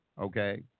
Okay